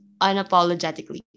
unapologetically